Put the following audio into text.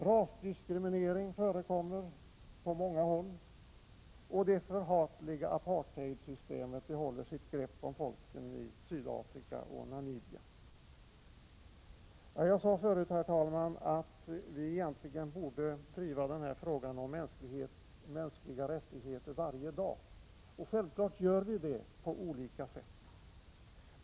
Rasdiskriminering förekommer på många håll, och det förhatliga apartheidsystemet håller sitt grepp om folken i Sydafrika och Namibia. Jag sade förut, herr talman, att vi egentligen borde driva frågan om mänskliga rättigheter varje dag, och självfallet gör vi det på olika sätt.